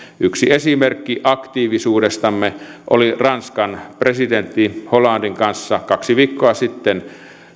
yksi esimerkki aktiivisuudestamme oli ranskan presidentti hollanden kanssa kaksi viikkoa sitten